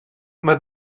mae